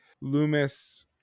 Loomis